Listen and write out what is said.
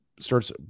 starts